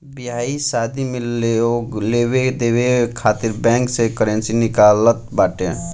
बियाह शादी में लोग लेवे देवे खातिर बैंक से करेंसी निकालत बाटे